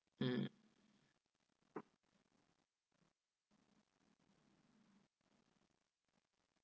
mm